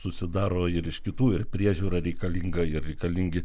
susidaro ir iš kitų ir priežiūra reikalinga ir reikalingi